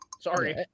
Sorry